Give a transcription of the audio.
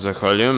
Zahvaljujem.